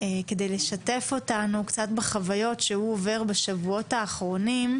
כדי לשתף אותנו קצת בחוויות שהוא עובר בשבועות האחרונות.